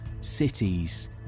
cities